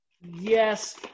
Yes